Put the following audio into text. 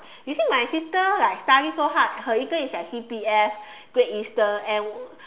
you see my sister like study so hard her intern is at C_P_F great Eastern and